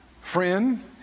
friend